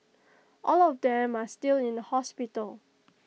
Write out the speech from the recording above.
all of them are still in A hospital